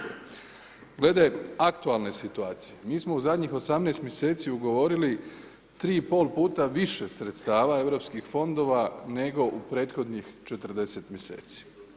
Glede aktualne situacije, mi smo u zadnjih 18 mjeseci ugovorili 3 i pol puta više sredstava europskih fondova nego u prethodnih 40 mjeseci.